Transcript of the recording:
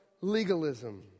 legalism